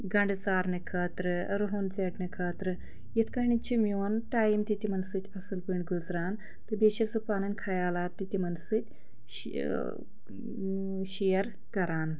گَنٛڈٕ ژارنہٕ خٲطرٕ رُہُن ژیٹنہٕ خٲطرٕ یِتھ کٲٹھۍ چھُ میٛون ٹایم تہِ تِمَن سۭتۍ اصٕل پٲٹھۍ گُزران تہٕ بیٚیہِ چھیٚس بہٕ پَنٕنۍ خیالات تہِ تِمَن سۭتۍ یہِ شِیر کران